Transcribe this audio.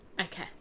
Okay